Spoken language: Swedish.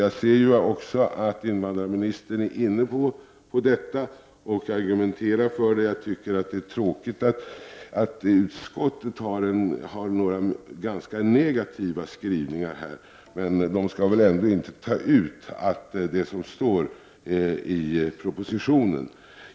Jag ser att invandrarministern är inne på detta och argumenterar för det. Jag tycker att det är tråkigt att utskottet har några ganska negativa skrivningar här, men det skall väl ändå inte ta ut det som står i propositionen.